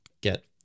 get